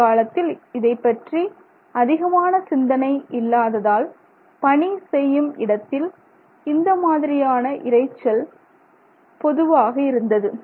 முற்காலத்தில் இதைப்பற்றி அதிகமான சிந்தனை இல்லாததால் பணி செய்யும் இடத்தில் இந்த மாதிரியான இரைச்சல் பொதுவாக இருந்தது